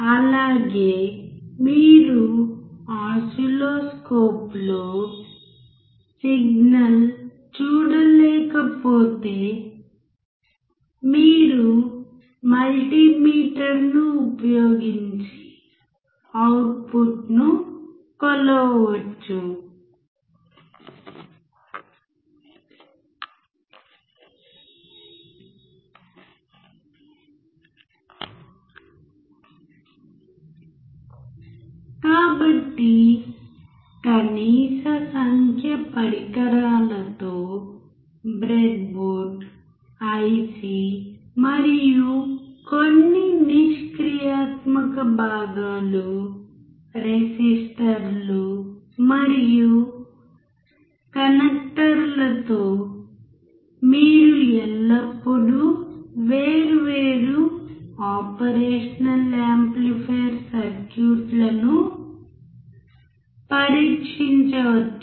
అలాగే మీరు ఓసిల్లోస్కోప్లో సిగ్నల్ చూడలేకపోతే మీరు మల్టిమీటర్ ఉపయోగించి అవుట్పుట్ను కొలవవచ్చు కాబట్టి కనీస సంఖ్య పరికరాలతో బ్రెడ్బోర్డ్ IC మరియు కొన్ని నిష్క్రియాత్మక భాగాలు రెసిస్టర్లు మరియు కనెక్టర్ల తో మీరు ఎల్లప్పుడూ వేర్వేరు ఆపరేషనల్ యాంప్లిఫైయర్ సర్క్యూట్లను పరీక్షించవచ్చు